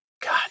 God